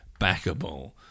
backable